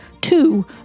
two